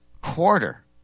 quarter